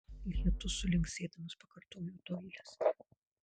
lietus sulinksėdamas pakartojo doilis